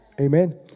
Amen